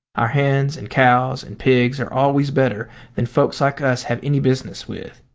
our hens and cows and pigs are always better than folks like us have any business with.